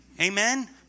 Amen